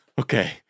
Okay